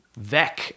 Vec